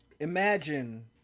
Imagine